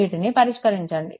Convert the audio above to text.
వీటిని పరిష్కరించండి